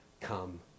come